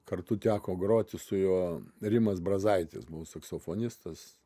kartu teko groti su juo rimas brazaitis buvo saksofonistas